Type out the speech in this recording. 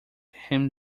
him